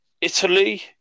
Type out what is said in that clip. Italy